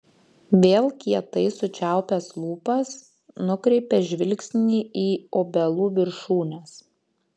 vėl kietai sučiaupęs lūpas nukreipia žvilgsnį į obelų viršūnes